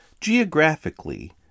Geographically